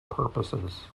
purposes